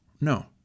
no